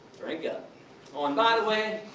drink up, oh! and by the way,